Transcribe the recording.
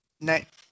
next